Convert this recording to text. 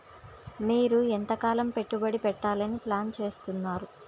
మీరు ఎంతకాలం పెట్టుబడి పెట్టాలని ప్లాన్ చేస్తున్నారు?